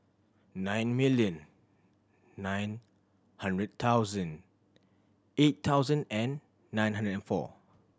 nine million nine hundred thousand eight thousand and nine hundred and four